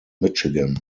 michigan